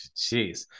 jeez